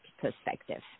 perspective